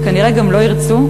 וכנראה גם לא ירצו,